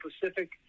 Pacific